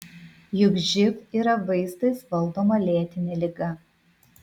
juk živ yra vaistais valdoma lėtinė liga